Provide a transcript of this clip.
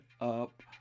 up